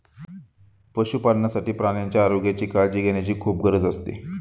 पशुपालनासाठी प्राण्यांच्या आरोग्याची काळजी घेण्याची खूप गरज असते